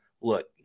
look